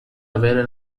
avere